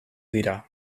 dira